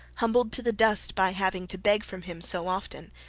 humbled to the dust by having to beg from him so often,